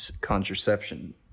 Contraception